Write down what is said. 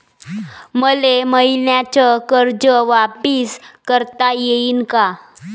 मले मईन्याचं कर्ज वापिस करता येईन का?